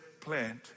plant